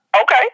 Okay